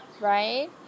right